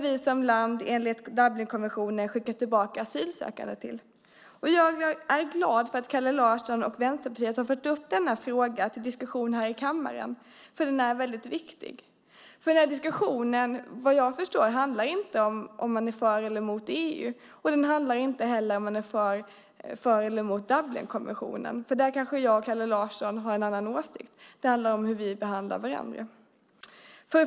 Vi skickar enligt Dublinkonventionen tillbaka asylsökande till Grekland. Jag är glad att Kalle Larsson och Vänsterpartiet fört upp denna fråga till diskussion i kammaren för den är mycket viktig. Vad jag förstår handlar diskussionen inte om ifall man är för eller emot EU. Inte heller handlar den om ifall man är för eller emot Dublinkonventionen. Där kanske jag och Kalle Larsson har olika åsikter. Den handlar i stället om hur vi behandlar varandra.